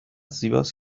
زیباست